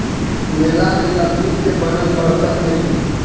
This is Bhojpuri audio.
मेला में लकड़ी के बनल बरतन देखनी